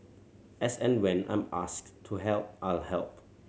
as and when I'm asked to help I'll help